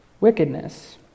wickedness